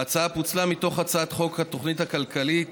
ההצעה פוצלה מתוך הצעת חוק התוכנית הכלכלית